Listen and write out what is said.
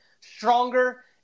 stronger